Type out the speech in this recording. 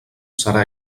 serà